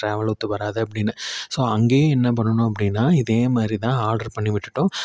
travel ஒத்து வராது அப்படினு ஸோ அங்கேயும் என்ன பண்ணினோம் அப்படினா இதே மாதிரி தான் ஆர்டர் பண்ணி விட்டுட்டோம்